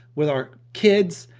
with our kids?